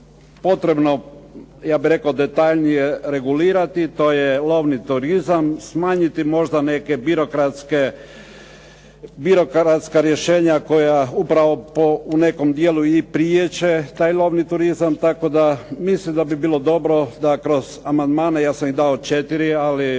potrebno ja bih rekao detaljnije regulirati, to je lovni turizam, smanjiti neka birokratska rješenja koja upravo u nekom dijelu i priječe taj lovni turizam. Tako da mislim da bi bilo dobro da kroz amandmane, ja sam ih dao četiri, ali